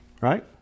right